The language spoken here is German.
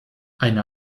eine